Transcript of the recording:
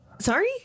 Sorry